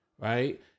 Right